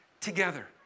together